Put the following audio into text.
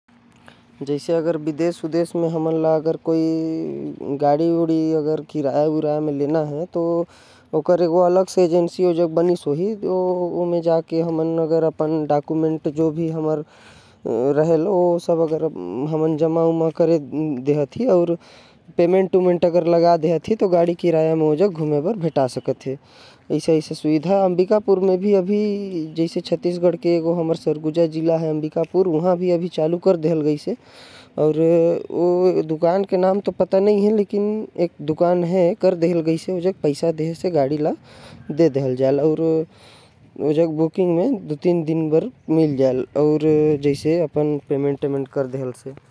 विदेश म अगर मोके किराया म गाड़ी चाही तो मोके। ओ एजेंसी म जाना पड़ही जहा मोके गाड़ी मिल जाहि। वहा मोके अपन जरूरी दस्तावेज जमा करना पड़ही ओकर। बाद कुछ पैसा देहे के बाद मोके गाड़ी मिल जाहि। ए व्यवस्था अब अंबिकापुर म भी चालू होगईस हवे।